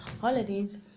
holidays